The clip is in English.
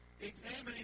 examining